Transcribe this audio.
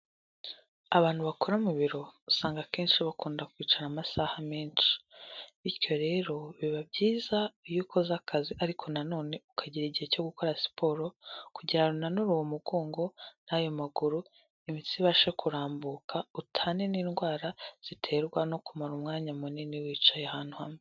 Abantu bakora mu biro usanga akenshi bakunda kwicara amasaha menshi bityo rero biba byiza iyo ukoze akazi ariko na none ukagira igihe cyo gukora siporo kujyirango unanure uwo mugongo nayo maguru imitsi ibashe kurambuka utane n'indwara ziterwa no kumara umwanya munini wicaye ahantu hamwe.